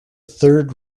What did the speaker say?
third